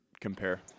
compare